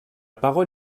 parole